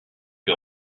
que